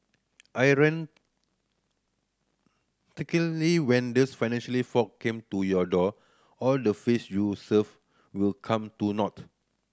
when these financially folk came to your door all the face you saved will come to naught